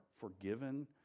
forgiven